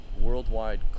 worldwide